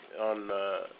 on